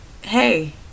hey